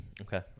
Okay